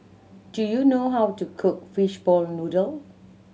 do you know how to cook fishball noodle